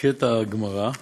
קטע גמרא,